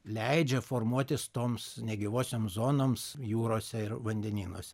leidžia formuotis toms negyvosiom zonoms jūrose ir vandenynuose